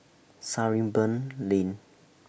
Sarimbun Lane